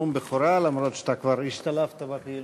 נאום בכורה, אף שאתה כבר השתלבת בפעילות.